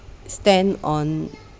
stand on